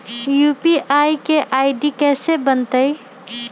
UPI के ID कैसे बनतई?